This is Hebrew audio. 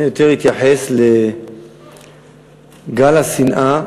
אני יותר אתייחס לגל השנאה